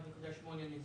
8%. רק 1.8% נסגרו.